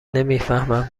نمیفهمم